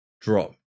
drop